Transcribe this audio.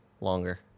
longer